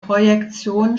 projektion